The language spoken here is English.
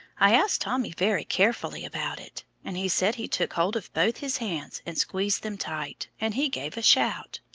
i asked tommy very carefully about it, and he said he took hold of both his hands and squeezed them tight, and he gave a shout,